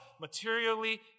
materially